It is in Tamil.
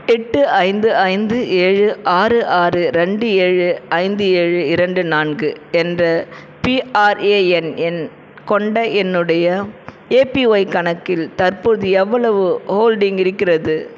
எட்டு ஐந்து ஐந்து ஏழு ஆறு ஆறு ரெண்டு ஏழு ஐந்து ஏழு இரண்டு நான்கு என்ற பிஆர்ஏஎன் எண் கொண்ட என்னுடைய ஏபிஒய் கணக்கில் தற்போது எவ்வளவு ஹோல்டிங் இருக்கிறது